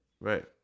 Right